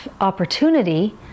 opportunity